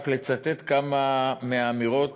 רק לצטט כמה מהאמירות